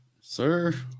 Sir